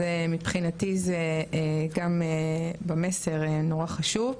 אז מבחינתי זה גם במסר נורא חשוב.